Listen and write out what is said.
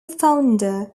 founder